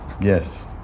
Yes